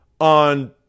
on